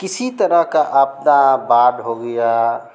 किसी तरह की आपदा वाद हो गया